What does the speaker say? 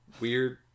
weird